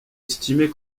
estimé